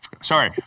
Sorry